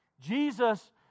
Jesus